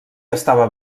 estava